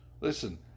Listen